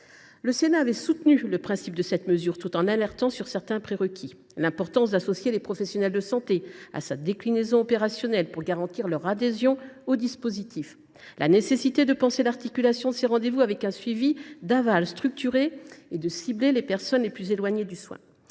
Le Sénat a soutenu le principe de cette mesure, tout en alertant sur certains prérequis : l’importance d’associer les professionnels de santé à sa déclinaison opérationnelle, pour garantir leur adhésion au dispositif ; la nécessité de penser l’articulation des rendez vous avec un suivi d’aval structuré ; le ciblage des personnes les plus éloignées du soin.